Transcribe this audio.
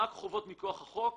מה החובות מכוח החוק?